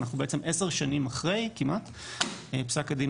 אנחנו בעצם 10 שנים כמעט מפסק הדין